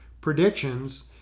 predictions